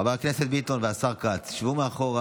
חבר הכנסת ביטון והשר כץ, שבו מאחור,